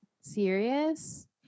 serious